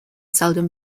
seldom